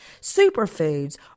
Superfoods